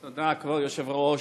תודה, כבוד היושב-ראש,